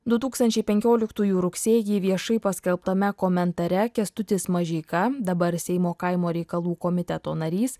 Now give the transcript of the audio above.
du tūkstančiai penkioliktųjų rugsėjį viešai paskelbtame komentare kęstutis mažeika dabar seimo kaimo reikalų komiteto narys